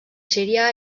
sirià